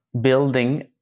building